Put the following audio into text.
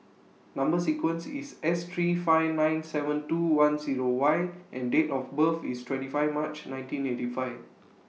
Number sequence IS S three five nine seven two one Zero Y and Date of birth IS twenty five March nineteen eighty five